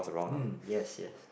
mm yes yes